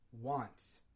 wants